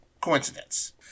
coincidence